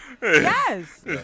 Yes